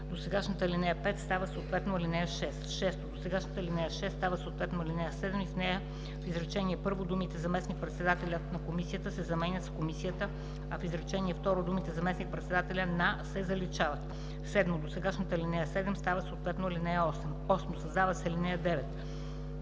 Досегашната ал. 5 става съответно ал. 6. 6. Досегашната ал. 6 става съответно ал. 7 и в нея в изречение първо думите „заместник-председателят на Комисията“ се заменят с „Комисията“, а в изречение второ думите „заместник-председателят на“ се заличават. 7. Досегашната ал. 7 става съответно ал. 8. 8. Създава се ал. 9: